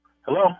Hello